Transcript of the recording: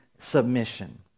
Submission